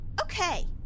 Okay